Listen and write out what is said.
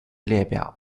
列表